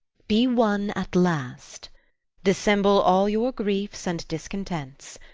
be won at last dissemble all your griefs and discontents.